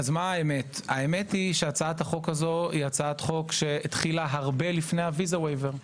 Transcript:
האמת היא שהצעת החוק הזו החלה הרבה לפני הוויזה וייבר,